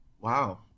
Wow